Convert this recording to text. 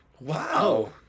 Wow